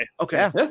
Okay